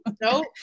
Nope